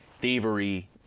thievery